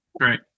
Right